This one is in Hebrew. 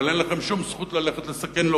אבל אין לכם שום זכות ללכת לסכן,